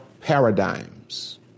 paradigms